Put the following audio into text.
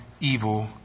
evil